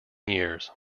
years